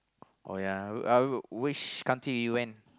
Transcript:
oh ya would I would which country you went